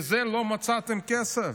לזה לא מצאתם כסף?